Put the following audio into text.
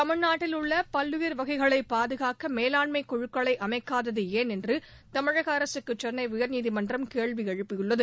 தமிழ்நாட்டில் உள்ள பல்லுயிர் வகைகளை பாதுகாக்க மேலாண்மைக் குழுக்களை அமைக்காதது ஏன் என்று தமிழக அரசுக்கு சென்னை உயர்நீதிமன்றம் கேள்வி எழுப்பியுள்ளது